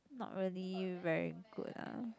not really very good lah